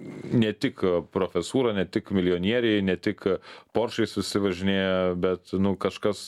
ne tik profesūra ne tik milijonieriai ne tik poršais visi važinėja bet kažkas